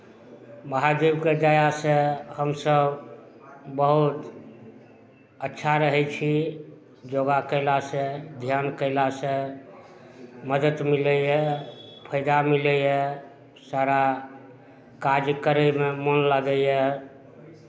महादेवके दयासँ हमसभ बहुत अच्छा रहै छी योगा कयलासँ ध्यान कयलासँ मदति मिलैए फाइदा मिलैए सारा काज करयमे मोन लागैए